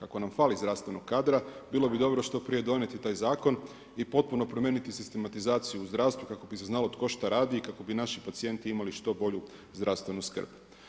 Ako nam fali zdravstvenog kadra, bilo bi dobro, što prije donijeti taj zakon i potpuno promijeniti sistematizaciju u zdravstvu, kako bi se znalo tko što radi i kako bi naši pacijenti imali što bolju zdravstvenu skrb.